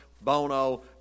Bono